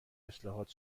اصلاحات